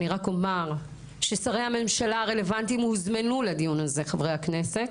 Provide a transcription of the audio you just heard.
אני רק אומר ששרי הממשלה הרלוונטיים הוזמנו לדיון זה חברי הכנסת